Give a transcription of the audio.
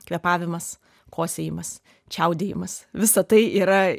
kvėpavimas kosėjimas čiaudėjimas visa tai yra